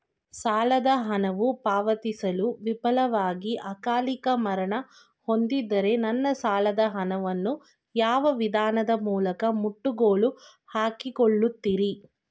ಸಾಲದ ಹಣವು ಪಾವತಿಸಲು ವಿಫಲವಾಗಿ ಅಕಾಲಿಕ ಮರಣ ಹೊಂದಿದ್ದರೆ ನನ್ನ ಸಾಲದ ಹಣವನ್ನು ಯಾವ ವಿಧಾನದ ಮೂಲಕ ಮುಟ್ಟುಗೋಲು ಹಾಕಿಕೊಳ್ಳುತೀರಿ?